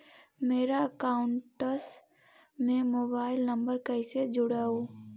मेरा अकाउंटस में mobile number कैसे जुड़उ?